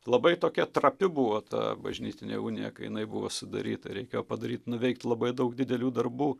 labai tokia trapi buvo ta bažnytinė unija kai jinai buvo sudaryta reikėjo padaryt nuveikt labai daug didelių darbų